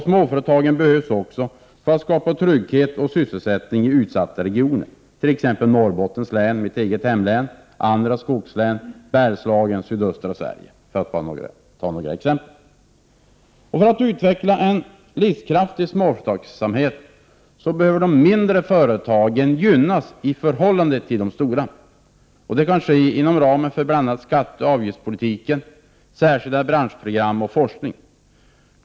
Småföretagen behövs också för att skapa trygghet och sysselsättning i utsatta regioner, t.ex. Norrbottens län, mitt eget hemlän, andra skogslän, Bergslagen och sydöstra Sverige. För att en livskraftig småföretagsamhet skall utvecklas behöver de mindre företagen gynnas i förhållande till de stora. Det kan ske inom ramen för bl.a. skatteoch avgiftspolitiken, särskilda branschprogram och forskning.